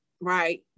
right